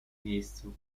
miejscu